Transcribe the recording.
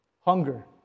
hunger